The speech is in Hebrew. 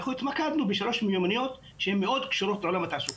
אנחנו התמקדנו בשלוש מיומנויות שהן מאוד קשורות לעולם התעסוקה: